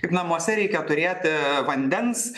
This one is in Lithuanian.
kaip namuose reikia turėti vandens